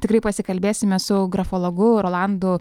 tikrai pasikalbėsime su grafologu rolandu